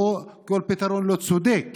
כל פתרון לא צודק